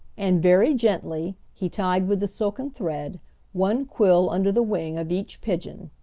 and very gently he tied with the silken thread one quill under the wing of each pigeon.